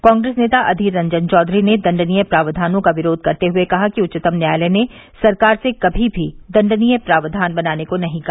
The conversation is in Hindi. कांग्रेस नेता अधीर रंजन चौधरी ने दंडनीय प्रावधानों का विरोध करते हुए कहा कि उच्चतम न्यायालय ने सरकार से कभी भी दंडनीय प्रावधान बनाने को नहीं कहा